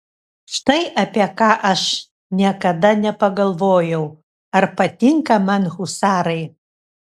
štai apie ką aš niekada nepagalvojau ar patinka man husarai